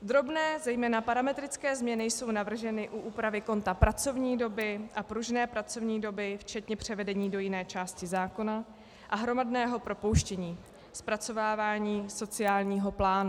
Drobné, zejména parametrické změny jsou navrženy u úpravy konta pracovní doby a pružné pracovní doby včetně převedení do jiné části zákona a hromadného propouštění, zpracovávání sociálního plánu.